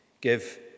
Give